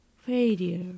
failure